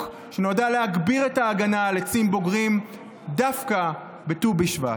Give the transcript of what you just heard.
שנועדה להגביר את ההגנה על עצים בוגרים דווקא בט"ו בשבט.